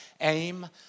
aim